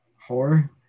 horror